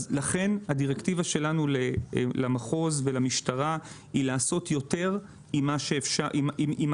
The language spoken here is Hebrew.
אז לכן הדירקטיבה שלנו למחוז ולמשטרה היא לעשות יותר עם הקיים